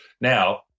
Now